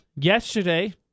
yesterday